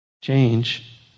change